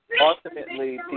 ultimately